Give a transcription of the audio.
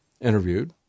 interviewed